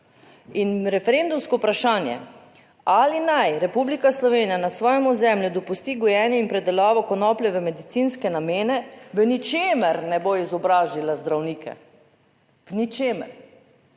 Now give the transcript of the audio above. In referendumsko vprašanje ali naj Republika Slovenija na svojem ozemlju dopusti gojenje in predelavo konoplje v medicinske namene v ničemer ne bo izobrazila zdravnike, v ničemer.